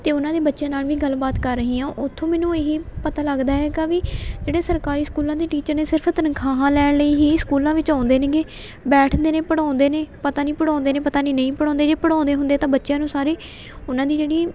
ਅਤੇ ਉਹਨਾਂ ਦੇ ਬੱਚਿਆਂ ਨਾਲ ਵੀ ਗੱਲਬਾਤ ਕਰ ਰਹੀ ਹਾਂ ਉੱਥੋਂ ਮੈਨੂੰ ਇਹੀ ਪਤਾ ਲੱਗਦਾ ਹੈਗਾ ਵੀ ਜਿਹੜੇ ਸਰਕਾਰੀ ਸਕੂਲਾਂ ਦੇ ਟੀਚਰ ਨੇ ਸਿਰਫ ਤਨਖਾਹਾਂ ਲੈਣ ਲਈ ਹੀ ਸਕੂਲਾਂ ਵਿੱਚ ਆਉਂਦੇ ਨੇਗੇ ਬੈਠਦੇ ਨੇ ਪੜਾਉਂਦੇ ਨੇ ਪਤਾ ਨਹੀਂ ਪੜਾਉਂਦੇ ਨੇ ਪਤਾ ਨਹੀਂ ਨਹੀਂ ਪੜਾਉਂਦੇ ਜੇ ਪੜਾਉਂਦੇ ਹੁੰਦੇ ਤਾਂ ਬੱਚਿਆਂ ਨੂੰ ਸਾਰੀ ਉਹਨਾਂ ਦੀ ਜਿਹੜੀ